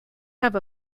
have